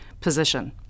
position